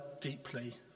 deeply